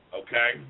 okay